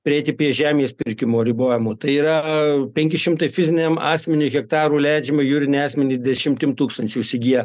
prieiti prie žemės pirkimo ribojimų tai yra penki šimtai fiziniam asmeniui hektarų leidžiama jūriniai asmenys dešimtim tūkstančių įsigiję